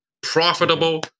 profitable